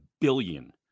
billion